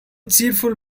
cheerful